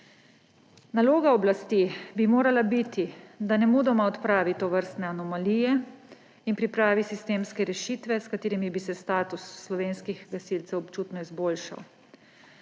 Naloga oblasti bi morala biti, da nemudoma odpravi tovrstne anomalije in pripravi sistemske rešitve, s katerimi bi se status slovenskih gasilcev občutno izboljšal.